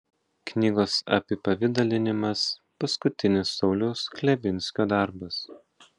knygos apipavidalinimas paskutinis sauliaus chlebinsko darbas